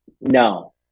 No